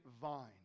vine